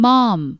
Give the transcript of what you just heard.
Mom